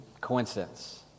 coincidence